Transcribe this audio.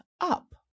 up